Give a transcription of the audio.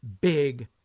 big